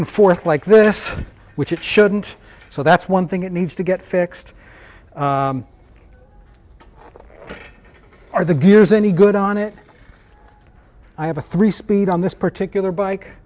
and forth like this which it shouldn't so that's one thing it needs to get fixed are the gears any good on it i have a three speed on this particular bike